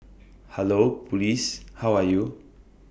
hello Police how are you